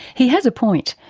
he has a point.